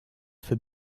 für